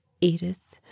Edith